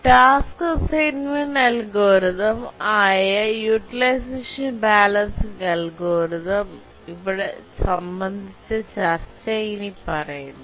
task assignment algorithm ആയ utilisation balancing algorithm സംബന്ധിച്ച ചർച്ച ഇനിപ്പറയുന്നു